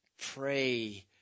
pray